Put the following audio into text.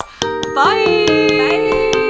Bye